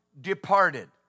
departed